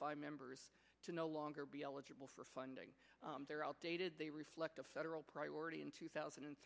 five members to no longer be eligible for funding they're outdated they reflect a federal priority in two thousand and